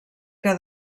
que